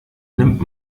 nimmt